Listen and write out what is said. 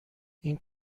این